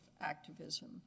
activism